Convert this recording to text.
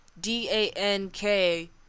D-A-N-K